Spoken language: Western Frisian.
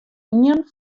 ien